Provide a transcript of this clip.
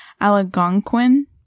Algonquin